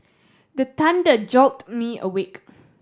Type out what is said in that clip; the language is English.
the thunder jolt me awake